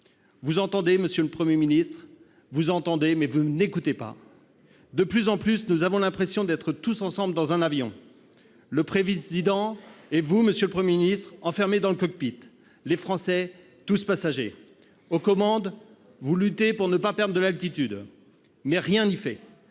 Vous entendez, monsieur le Premier ministre, mais vous n'écoutez pas ! De plus en plus, nous avons l'impression d'être tous ensemble dans un avion. Le Président de la République et vous-même, monsieur le Premier ministre, enfermés dans le cockpit ; les Français, tous passagers ! Aux commandes, vous luttez pour ne pas perdre de l'altitude. Mais rien n'y fait